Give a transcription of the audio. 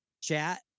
chat